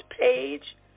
page